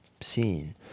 seen